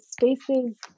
spaces